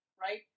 right